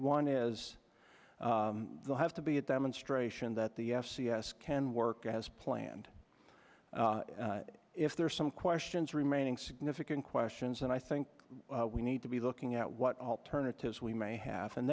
one is the have to be a demonstration that the f c s can work as planned if there are some questions remaining significant questions and i think we need to be looking at what alternatives we may have and